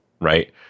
right